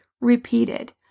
repeated